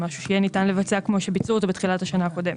זה משהו שיהיה ניתן לבצע כמו שביצעו אותו בתחילת השנה הקודמת.